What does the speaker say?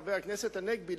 חבר הכנסת הנגבי,